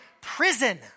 prison